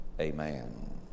amen